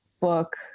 book